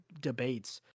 debates